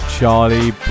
Charlie